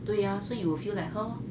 对 ah so you will feel at her orh